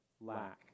lack